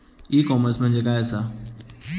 E commerce म्हणजे काय असा?